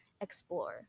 explore